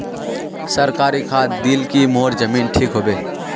सरकारी खाद दिल की मोर जमीन ठीक होबे?